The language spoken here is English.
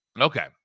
Okay